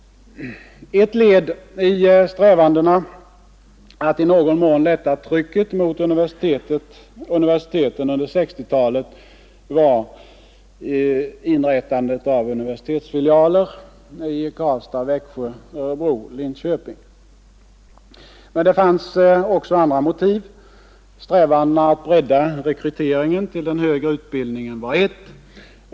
Ett led i strävandena att i någon mån lätta trycket mot universiteten under 1960-talet var inrättande av universitetsfilialer i Karlstad, Växjö, Örebro och Linköping. Men det fanns också andra motiv. Strävandena att bredda rekryteringen till den högre utbildningen var ett.